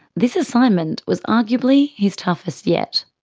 this assignment was arguably his toughest yet.